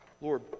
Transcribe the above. Lord